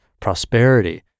prosperity